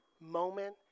moment